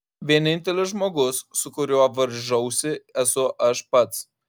vienintelis žmogus su kuriuo varžausi esu aš pats